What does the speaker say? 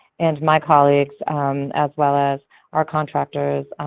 and my colleagues as well as our contractors,